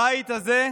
הבית הזה,